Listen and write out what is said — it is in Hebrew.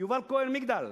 יובל כהן, "מגדל",